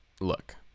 look